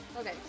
Okay